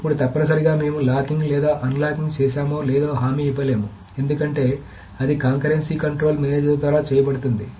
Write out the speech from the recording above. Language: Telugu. ఇప్పుడు తప్పనిసరిగా మేము లాకింగ్ లేదా అన్లాకింగ్ చేశామో లేదో హామీ ఇవ్వలేము ఎందుకంటే అది కాంకరెన్సీ కంట్రోల్ మేనేజర్ ద్వారా చేయబడుతుంది